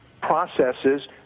processes